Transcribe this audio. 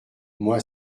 moi